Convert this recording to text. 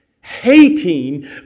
hating